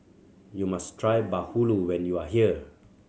you must try bahulu when you are here